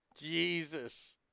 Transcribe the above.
Jesus